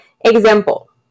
example